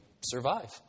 survive